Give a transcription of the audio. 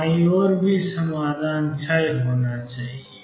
बाईं ओर समाधान भी क्षय होना चाहिए